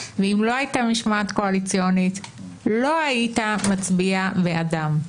ואם לא הייתה משמעת קואליציונית לא היית מצביע בעדם.